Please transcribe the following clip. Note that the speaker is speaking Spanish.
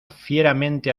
fieramente